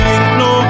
no